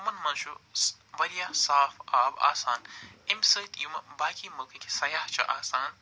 یِمن منٛز چھُ وارِیاہ صاف آب آسان امہِ سۭتۍ یِمہٕ باقی مُلکِکۍ سیاہ چھِ آسان